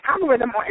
algorithm